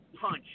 punch